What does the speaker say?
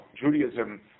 Judaism